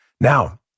Now